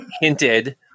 hinted